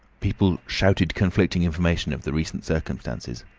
people shouted conflicting information of the recent circumstances.